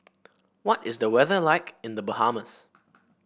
what is the weather like in The Bahamas